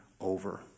over